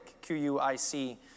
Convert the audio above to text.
Q-U-I-C